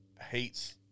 hates